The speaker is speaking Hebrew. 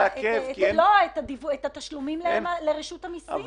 לעכב ---- את התשלומים לרשות המסים.